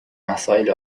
مسائل